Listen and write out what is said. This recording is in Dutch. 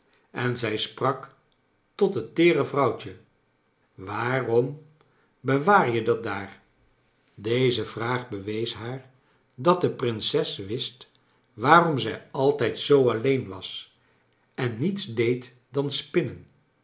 en zij sprak tot het teere vrouwtje waarom bewaar je dat daar v deze vraag beweea haar dat de prinses wist waarom zij a ltijd zoo alleen was en niets deed dan spinnen